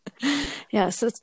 Yes